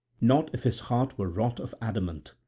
not if his heart were wrought of adamant.